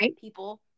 people